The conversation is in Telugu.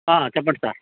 చెప్పండి సార్